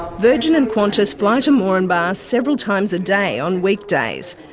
virgin and qantas fly to moranbah several times a day on weekdays.